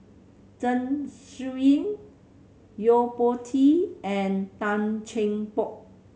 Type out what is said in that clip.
Zeng Shouyin Yo Po Tee and Tan Cheng Bock